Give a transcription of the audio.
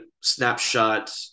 snapshot